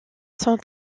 sont